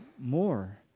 more